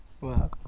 Wow